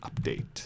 update